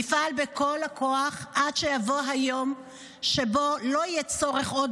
נפעל בכל הכוח עד שיבוא היום שבו לא יהיה צורך עוד